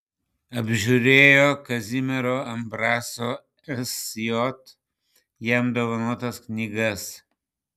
apžiūrėjo kazimiero ambraso sj jam dovanotas knygas